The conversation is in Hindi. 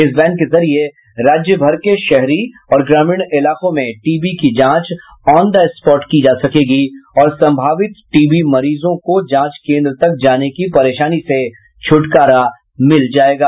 इस वैन के जरिये राज्यभर के शहरी और ग्रामीण इलाकों में टीबी की जांच ऑन द स्पॉट की जा सकेगी और संभावित टीबी मरीजों को जांच केंद्र तक जाने की परेशानी से छुटकारा मिल जायेगा